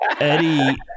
Eddie